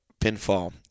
pinfall